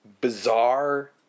bizarre